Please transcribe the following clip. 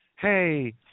hey